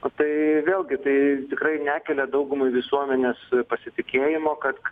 tai vėlgi tai tikrai nekelia daugumai visuomenės pasitikėjimo kad